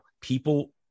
people